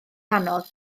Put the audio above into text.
anodd